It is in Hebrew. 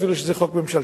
אפילו שזה חוק ממשלתי.